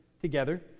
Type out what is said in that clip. together